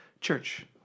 church